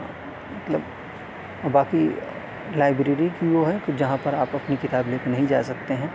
مطلب اور باقی لائبریری کی وہ ہے تو جہاں پر آپ اپنی کتاب لے کر نہیں جا سکتے ہیں